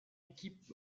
équipe